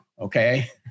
okay